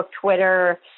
Twitter